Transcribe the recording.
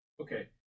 okay